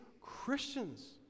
Christians